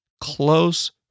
close